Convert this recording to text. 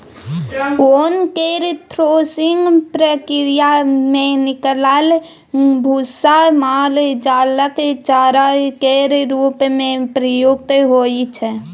ओन केर थ्रेसिंग प्रक्रिया मे निकलल भुस्सा माल जालक चारा केर रूप मे प्रयुक्त होइ छै